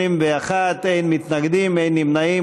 21, אין מתנגדים, אין נמנעים.